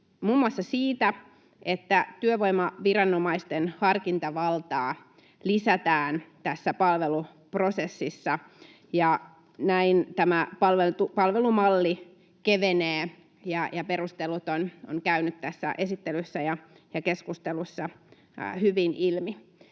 muun muassa siitä, että työvoimaviranomaisten harkintavaltaa lisätään tässä palveluprosessissa. Näin tämä palvelumalli kevenee, ja perustelut ovat käyneet tässä esittelyssä ja keskustelussa hyvin ilmi.